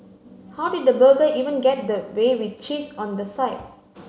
how did the burger even get that way with cheese on the side